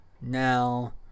now